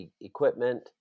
equipment